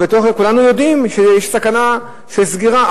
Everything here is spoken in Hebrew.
כולנו יודעים שיש סכנה של סגירה,